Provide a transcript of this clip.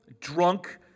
Drunk